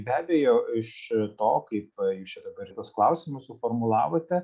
be abejo iš to kaip čia ir dabar tuos klausimus suformulavote